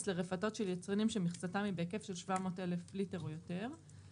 לרפתות של יצרנים שמכסתם היא בהיקף של 700 אלף ליטר או יותר"".